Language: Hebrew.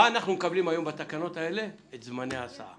מה שאנחנו מקבלים היום בתקנות האלה הם זמני ההסעה.